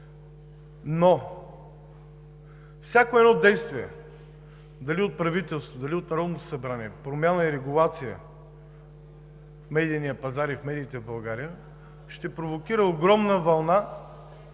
Но всяко едно действие – дали от правителството, дали от Народното събрание за промяна и регулация в медийния пазар и в медиите в България, ще провокира огромна вълна